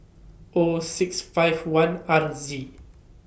O six five one R Z